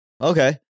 okay